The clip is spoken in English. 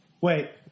Wait